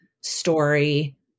story